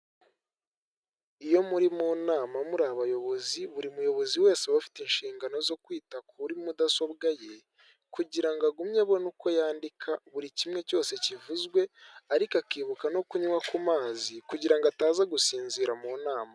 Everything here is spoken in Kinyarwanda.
Iyo muri mu nama muri abayobozi buri muyobozi wese afite inshingano zo kwita kuri mudasobwa ye, kugira agumye abone uko yandika buri kimwe cyose kivuzwe ariko akibuka no kunywa ku mazi kugira ngo ataza gusinzira mu nama.